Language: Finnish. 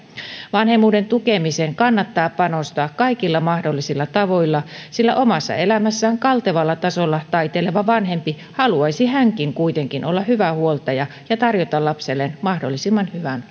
vanhemmuuden tukemiseen kannattaa panostaa kaikilla mahdollisilla tavoilla sillä omassa elämässään kaltevalla tasolla taiteileva vanhempi haluaisi hänkin kuitenkin olla hyvä huoltaja ja tarjota lapselleen mahdollisimman hyvän